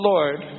Lord